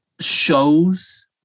shows